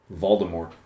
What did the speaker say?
Voldemort